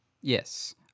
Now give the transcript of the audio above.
Yes